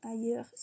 ailleurs